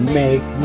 make